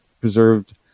preserved